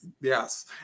Yes